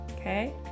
Okay